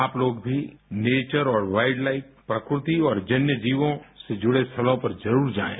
आप लोग भी नेचर और वाइल्ड लाइफ प्रकृति और जन्य जीवों से जुड़े स्थलों पर जरुर जाएं